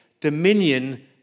Dominion